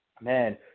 man